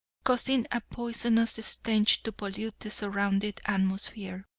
causing a poisonous stench to pollute the surrounding atmosphere.